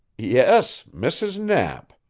yes, mrs. knapp,